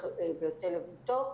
ויוצא לביתו,